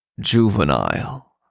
juvenile